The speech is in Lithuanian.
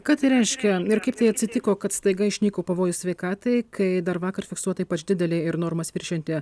ką tai reiškia ir kaip tai atsitiko kad staiga išnyko pavojus sveikatai kai dar vakar fiksuota ypač didelė ir normas viršijanti